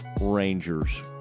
Rangers